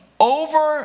over